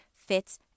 fits